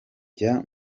jya